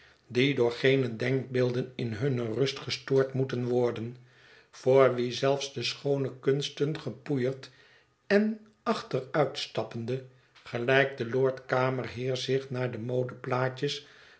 die door geene denkbeelden in hunne rust gestoord moeten worden voor wie zelfs de schoone kunsten gepoeierd en achteruitstappende gelijk de lord kamerheer zich naar de modeplaatjes